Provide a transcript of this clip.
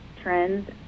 trends